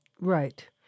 right